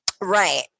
Right